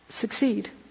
succeed